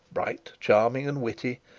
bright, charming, and witty,